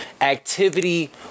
Activity